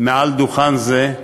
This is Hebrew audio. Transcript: מעל דוכן זה,